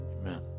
amen